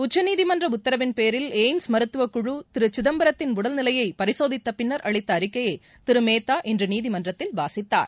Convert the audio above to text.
உச்சநீதிமன்ற உத்தரவின் பேரில் எய்ம்ஸ் மருத்துவக் குழு திரு சிதம்பரத்தின் உடல் நிலையை பரிசோதித்தப் பின்னர் அளித்த அறிக்கையை திரு மேத்தா இன்று நீதிமன்றத்தில் வாசித்தார்